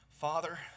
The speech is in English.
father